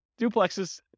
duplexes